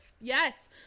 yes